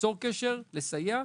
ליצור קשר ולסייע.